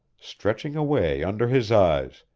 stretching away under his eyes,